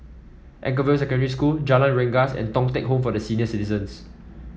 Anchorvale Secondary School Jalan Rengas and Thong Teck Home for Senior Citizens